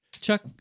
Chuck